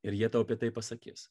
ir jie tau apie tai pasakys